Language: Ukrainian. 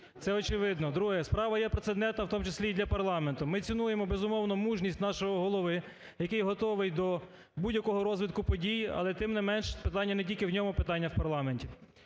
це очевидно. Друге. Справа є прецедентом в тому числі і для парламенту. Ми цінуємо, безумовно, мужність нашого Голови, який готовий до будь-якого розвитку подій. Але, тим не менш, питання не тільки в ньому, питання в парламенті.